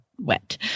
wet